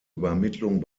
übermittlung